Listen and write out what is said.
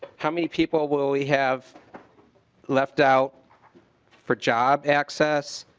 how many people will we have left out for job access?